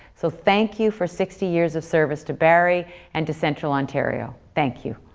so thank you for sixty years of service to barrie and to central ontario. thank you.